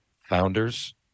founders